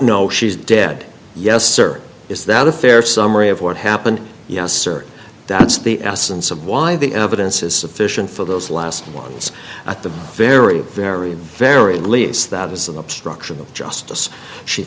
know she's dead yes sir is that a fair summary of what happened yes sir that's the essence of why the evidence is sufficient for those last ones at the very very very least that is obstruction of justice she